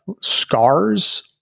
scars